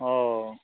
ओ